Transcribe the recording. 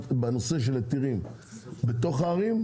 שתהיה התחייבות בנושא של היתרים בתוך הערים,